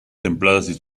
templadas